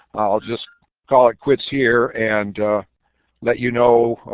i'll just call it quits here and let you know